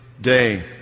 day